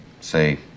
say